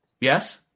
Yes